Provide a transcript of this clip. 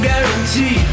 Guarantee